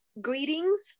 greetings